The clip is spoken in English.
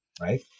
right